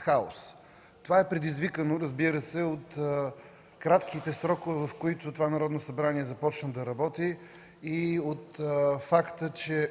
хаос. Това, разбира се, е предизвикано от кратките срокове, в които това Народно събрание започна да работи и от факта, че